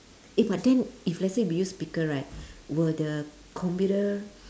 eh but then if let's say we use speaker right will the computer